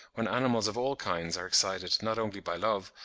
when animals of all kinds are excited not only by love,